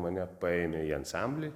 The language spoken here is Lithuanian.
mane paėmė į ansamblį